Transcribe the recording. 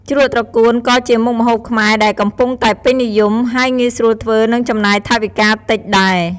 ជ្រក់ត្រកួនក៏ជាមុខម្ហូបខ្មែរដែលកំពុងតែពេញនិយម ហើយងាយស្រួលធ្វើ និងចំណាយថវិកាតិចដែរ។